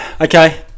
Okay